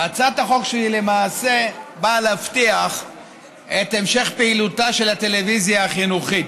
הצעת החוק שלי למעשה באה להבטיח את המשך פעילותה של הטלוויזיה החינוכית.